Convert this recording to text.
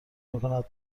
میکند